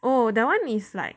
oh that one is like